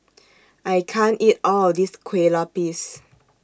I can't eat All of This Kuih Lopes